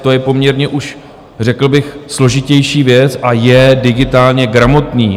To je poměrně už řekl bych složitější věc a je digitálně gramotný.